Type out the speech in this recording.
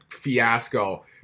fiasco